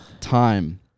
time